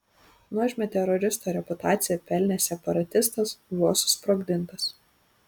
nuožmią teroristo reputaciją pelnęs separatistas buvo susprogdintas